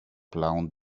blown